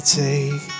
take